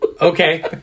Okay